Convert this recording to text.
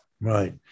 Right